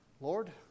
Lord